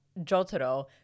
Jotaro